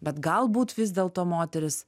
bet galbūt vis dėlto moterys